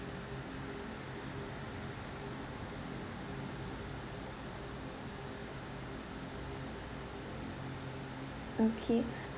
okay